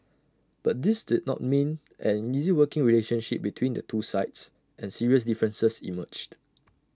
but this did not mean an easy working relationship between the two sides and serious differences emerged